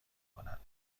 کنند